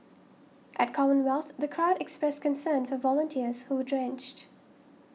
at Commonwealth the crowd expressed concern for volunteers who drenched